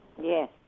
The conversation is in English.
Yes